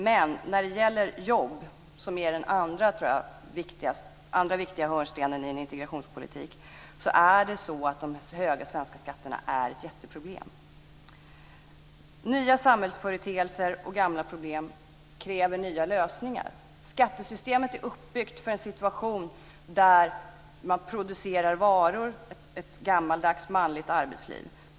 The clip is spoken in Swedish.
Men när det gäller jobb, som är den andra viktiga hörnstenen i en integrationspolitik, är de höga svenska skatterna ett jätteproblem. Nya samhällsföreteelser och gamla problem kräver nya lösningar. Skattesystemet är uppbyggt för en situation där man producerar varor, dvs. ett gammaldags manligt arbetsliv.